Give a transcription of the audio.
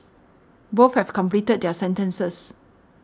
both have completed their sentences